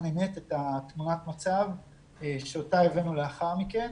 אמת את תמונת המצב אותה הבאנו לאחר מכן